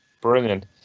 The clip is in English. Brilliant